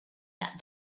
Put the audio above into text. that